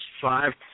five